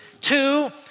Two